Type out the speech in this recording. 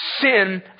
sin